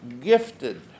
gifted